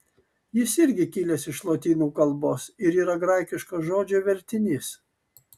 jis irgi kilęs iš lotynų kalbos ir yra graikiško žodžio vertinys